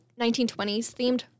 1920s-themed